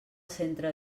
centre